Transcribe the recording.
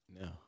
No